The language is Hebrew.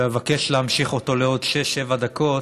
ואבקש להמשיך אותו לעוד שש-שבע דקות.